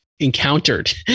encountered